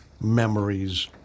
memories